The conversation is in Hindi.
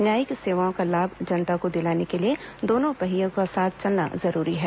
न्यायिक सेवाओं का लाभ जनता को दिलाने के लिए दोनों पहियों का साथ चलना जरूरी है